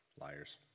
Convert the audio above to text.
Liars